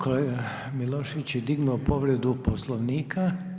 Kolega Milošević je dignuo povredu Poslovnika.